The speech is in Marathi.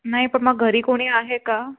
नाही पण मग घरी कोणी आहे का